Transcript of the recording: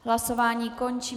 Hlasování končím.